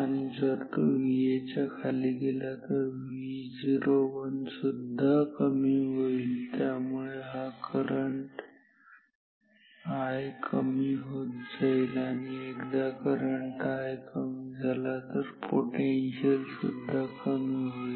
आणि जर तो VA च्या खाली गेला तर Vo1 सुद्धा कमी होईल त्यामुळे हा करंट I कमी होत जाईल आणि जर करंट I कमी झाला तर हा पोटेन्शियल सुद्धा कमी होईल